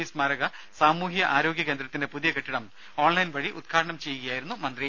V സ്മാരക സാമൂഹ്യ ആരോഗ്യ കേന്ദ്രത്തിന്റെ പുതിയ കെട്ടിടം ഓൺലൈൻ വഴി ഉദ്ഘാടനം ചെയ്യുകയായിരുന്നു മന്ത്രി